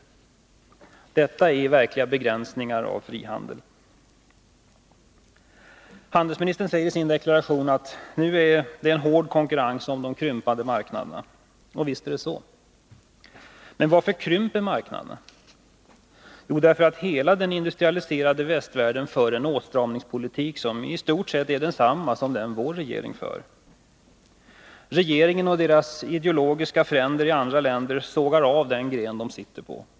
Detta är verkliga begränsningar av frihandeln. Handelsministern säger i sin deklaration att det är en hård konkurrens om de krympande marknaderna, och visst förhåller det sig på det sättet. Men varför krymper marknaderna? Jo, därför att hela den industrialiserade västvärlden för en åtstramningspolitik, som i stort sett är densamma som den vår regering för. Regeringen och dess ideologiska fränder i andra stater sågar av den gren de sitter på.